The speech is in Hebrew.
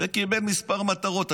וקיבל כמה מטרות.